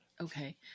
Okay